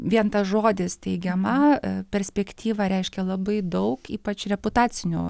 vien tas žodis teigiama perspektyva reiškia labai daug ypač reputaciniu